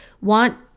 want